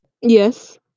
Yes